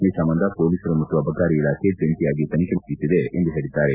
ಈ ಸಂಬಂಧ ಪೊಲೀಸರು ಮತ್ತು ಅಬಕಾರಿ ಇಲಾಖೆ ಜಂಟಿಯಾಗಿ ತನಿಖೆ ನಡೆಯುತ್ತಿದೆ ಎಂದು ಹೇಳಿದ್ದಾರೆ